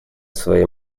свои